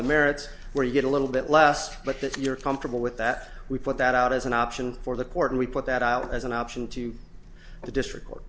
the merits where you get a little bit less but that you're comfortable with that we put that out as an option for the court and we put that out as an option to the district court